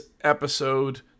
episode